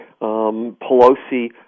Pelosi